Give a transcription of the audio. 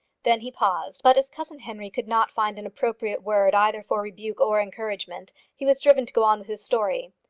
then he paused but as cousin henry could not find an appropriate word either for rebuke or encouragement, he was driven to go on with his story.